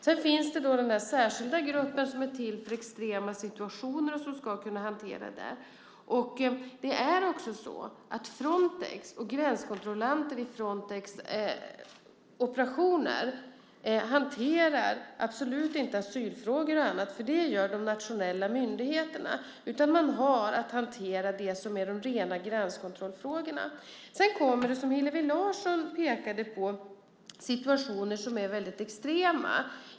Sedan finns den särskilda grupp som är till för extrema situationer och som ska kunna hantera sådana. Frontex och gränskontrollanter i Frontex operationer hanterar absolut inte asylfrågor och annat - det gör de nationella myndigheterna - utan de har att hantera det som är rena gränskontrollfrågor. Vidare har vi det som Hillevi Larsson pekade på, nämligen situationer som är väldigt extrema.